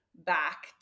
back